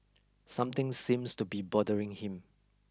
something seems to be bothering him